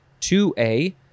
2A